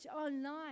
online